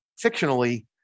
fictionally